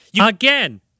Again